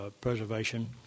preservation